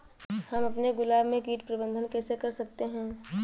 हम अपने गुलाब में कीट प्रबंधन कैसे कर सकते है?